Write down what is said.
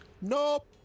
Nope